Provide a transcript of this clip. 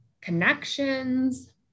connections